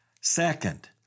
Second